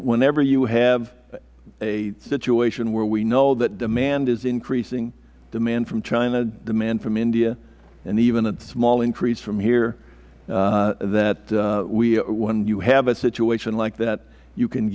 whenever you have a situation where we know that demand is increasing demand from china demand from india and even a small increase from here that when you have a situation like that you can